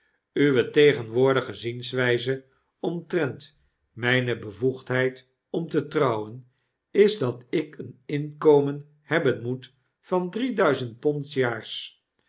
herhalen uwetegenwoordige zienswijze omtrent mijne bevoegdheid om te trouwen is dat ik een inkomen hebben moet van drie duizend pond s jaars